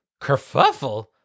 Kerfuffle